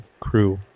crew